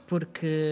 Porque